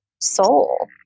soul